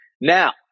Now